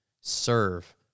Serve